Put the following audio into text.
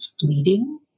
fleeting